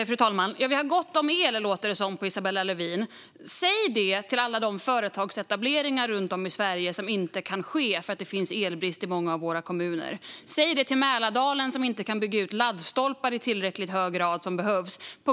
Fru talman! Det låter på Isabella Lövin som att vi har gott om el. Säg det till alla de företag runt om i Sverige som inte kan etablera sig därför att det finns elbrist i många av våra kommuner. Säg det till Mälardalen, där man på grund av elbrist inte kan bygga ut laddstolpar i den grad som behövs.